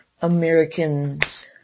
Americans